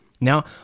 Now